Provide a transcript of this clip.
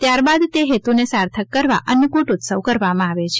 ત્યારબાદ તે હેતુને સાર્થક કરવા અન્નફૂટ ઉત્સવ કરવામાં આવે છે